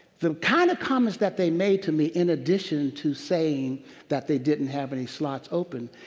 the kind of comments that they made to me, in addition to saying that they didn't have any slots open,